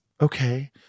Okay